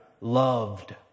loved